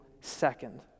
second